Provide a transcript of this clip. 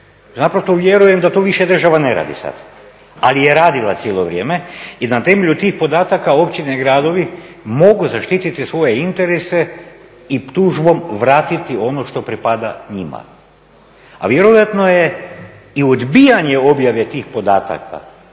naprosto vjerujem da to više država ne radi sada ali je radila cijelo vrijeme i na temelju tih podataka općine i gradovi mogu zaštititi svoje interese i tužbom vratiti ono što pripada njima. A vjerojatno i odbijanje objave tih podataka